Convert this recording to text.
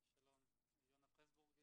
שלום, יונה פרסבורגר,